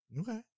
Okay